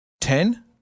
ten